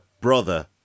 brother